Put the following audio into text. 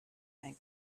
able